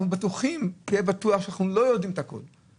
אנחנו בטוחים שאנחנו לא יודעים את הכול,